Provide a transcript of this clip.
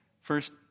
First